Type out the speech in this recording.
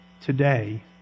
today